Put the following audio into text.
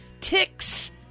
ticks